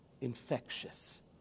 infectious